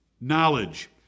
knowledge